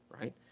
right